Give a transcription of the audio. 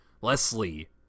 Leslie